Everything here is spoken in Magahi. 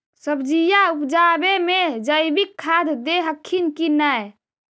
सब्जिया उपजाबे मे जैवीक खाद दे हखिन की नैय?